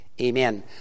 Amen